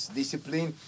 discipline